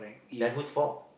then whose fault